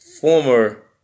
Former